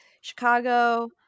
Chicago